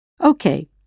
Okay